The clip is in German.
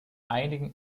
einigen